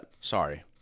Sorry